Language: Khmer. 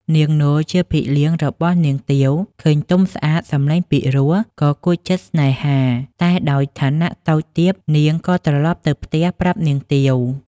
នាងនោជាភិលៀងរបស់នាងទាវ ឃើញទុំស្អាត សំឡេងពិរោះក៏គួចចិត្តសេ្នហា តែដោយឋានៈតូចទាបនាងក៏ត្រឡប់ទៅផ្ទះប្រាប់នាងទាវ។